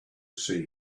see